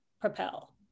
propel